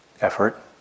effort